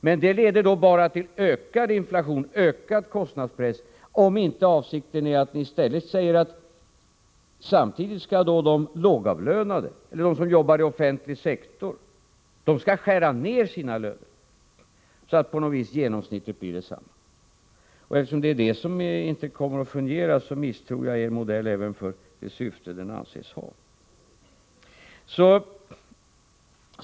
Men detta leder bara till ökad inflation och ökad kostnadspress, om ni inte också säger att de lågavlönade eller de som jobbar inom den offentliga sektorn samtidigt skall skära ned sina löner, så att på något vis genomsnittet blir detsamma. Eftersom det är detta som inte kommer att fungera, misstror jag er modell även för det syfte som den anses ha.